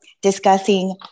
discussing